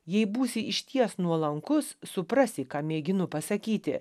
jei būsi išties nuolankus suprasi ką mėginu pasakyti